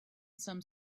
some